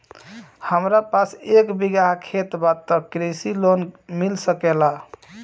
हमरा पास एक बिगहा खेत बा त कृषि लोन मिल सकेला?